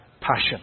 passion